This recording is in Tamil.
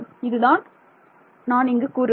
இது தான் நான் இங்கு கூறுவது